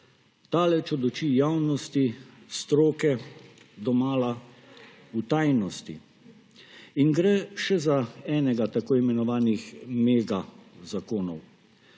daleč od oči javnosti, stroke, domala v tajnosti. In gre še za enega tako imenovanih megazakonov.